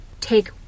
take